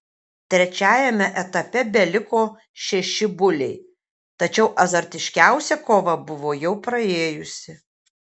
trečiajame etape beliko šeši buliai tačiau azartiškiausia kova buvo jau praėjusi